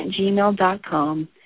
gmail.com